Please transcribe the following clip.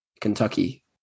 Kentucky